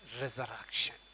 resurrection